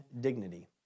dignity